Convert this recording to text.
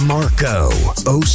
Marco